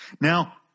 Now